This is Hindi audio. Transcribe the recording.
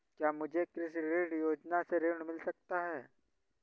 क्या मुझे कृषि ऋण योजना से ऋण मिल सकता है?